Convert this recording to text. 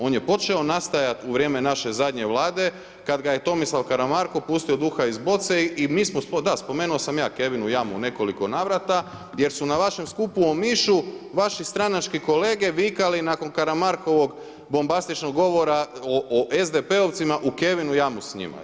On je počeo nastajati u vrijeme naše zadnje Vlade, kad ga je Tomislav Karamarko pustio duha iz boce, i mi smo, da, spomenuo sam ja Kevinu jamu u nekoliko navrata, jer su na vašem skupu u Omišu vaši stranački kolege vikali nakon Karamarkovog bombastičnog govora o SDP-ovcima „U Kevinu jamu s njima“